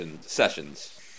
sessions